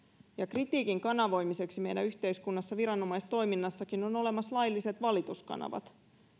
kritiikin kanavoimiseksi meidän yhteiskunnassa viranomaistoiminnassakin on olemassa lailliset valituskanavat